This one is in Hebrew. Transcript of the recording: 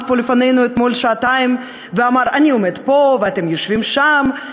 פה לפנינו אתמול שעתיים ואמר: אני עומד פה ואתם יושבים שם,